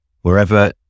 Wherever